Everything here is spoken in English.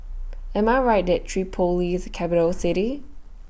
Am I Right that Tripoli IS A Capital City